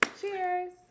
Cheers